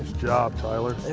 job, tyler.